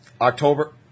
October